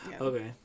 Okay